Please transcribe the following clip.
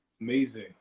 amazing